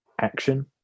action